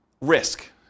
risk